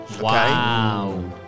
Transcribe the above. Wow